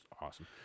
awesome